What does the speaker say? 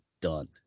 done